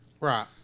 Right